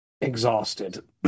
Exhausted